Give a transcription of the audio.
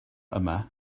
yma